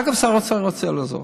אגב, שר האוצר רוצה לעזור.